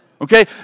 Okay